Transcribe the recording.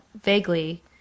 vaguely